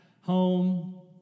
home